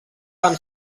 van